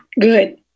good